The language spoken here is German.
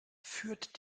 führt